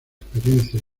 experiencia